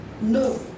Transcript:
No